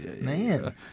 man